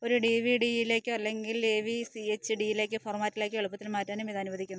ഒരു D V ഡിയിലേക്കോ അല്ലെങ്കിൽ A V C H D ഫോർമാറ്റിലേക്കോ എളുപ്പത്തില് മാറ്റാനും ഇതനുവദിക്കുന്നു